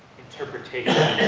interpretation